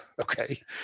okay